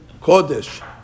Kodesh